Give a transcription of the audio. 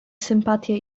sympatię